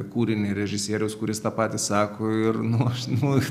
kūrinį režisieriaus kuris tą patį sako ir nu aš nu